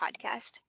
podcast